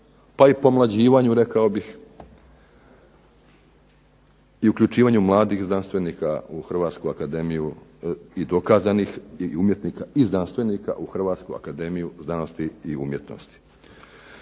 pa i pomlađivanju rekao bih, i uključivanju mladih znanstvenika u Hrvatsku akademiju i dokazanih i umjetnika i znanstvenika u Hrvatsku akademiju znanosti i umjetnosti.